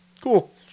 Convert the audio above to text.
Cool